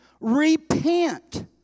repent